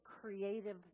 creative